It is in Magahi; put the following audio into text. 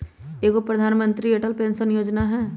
एगो प्रधानमंत्री अटल पेंसन योजना है?